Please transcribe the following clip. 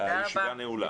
הישיבה נעולה.